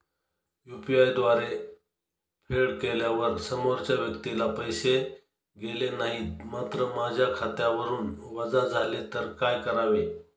UPI द्वारे फेड केल्यावर समोरच्या व्यक्तीला पैसे गेले नाहीत मात्र माझ्या खात्यावरून वजा झाले तर काय करावे?